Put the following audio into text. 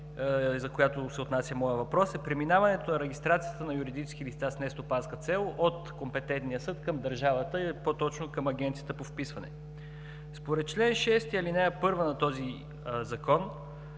от които се отнася моят въпрос – преминаването на регистрацията на юридическите лица с нестопанска цел от компетентния съд към държавата, по-точно към Агенцията по вписванията. Според чл. 6, ал. 1 на този закон,